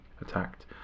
attacked